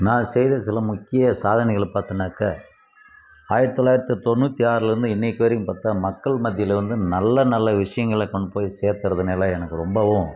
நான் செய்த சில முக்கிய சாதனைகளை பார்த்தோன்னாக்கா ஆயிரத்தி தொள்ளாயிரத்தி தொண்ணூற்று ஆறிலருந்து இன்னைக்கு வரைக்கும் பார்த்தா மக்கள் மத்தியில் வந்து நல்ல நல்ல விஷயங்கள கொண்டு போய் சேர்த்துறதுனால எனக்கு ரொம்பவும்